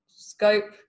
Scope